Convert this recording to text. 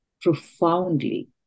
profoundly